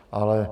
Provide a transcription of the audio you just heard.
Ale...